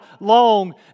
long